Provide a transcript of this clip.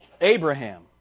Abraham